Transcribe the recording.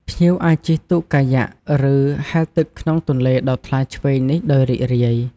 ភ្ញៀវអាចជិះទូកកាយ៉ាក់ ឬហែលទឹកក្នុងទន្លេដ៏ថ្លាឈ្វេងនេះដោយរីករាយ។